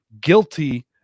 guilty